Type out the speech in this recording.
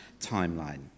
timeline